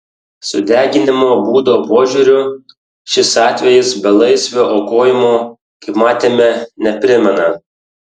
sudeginimo būdo požiūriu šis atvejis belaisvio aukojimo kaip matėme neprimena